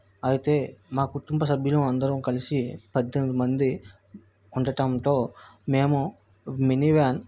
అయితే మా కుటుంబ సభ్యులం అందరం కలిసి పద్దెనిమిది మంది ఉండటంతో మేము మినీ వ్యాన్